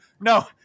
no